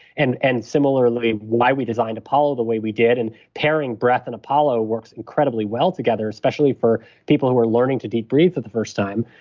and and similarly why we designed apollo the way we did and pairing breath and apollo works incredibly well together, especially for people who are learning to debrief for the first time.